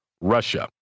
Russia